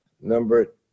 number